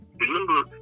Remember